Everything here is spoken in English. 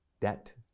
Debt